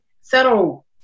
settle